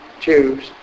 choose